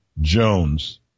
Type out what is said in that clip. Jones